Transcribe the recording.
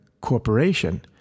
corporation